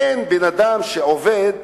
אין בן-אדם שלא עובד,